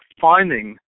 finding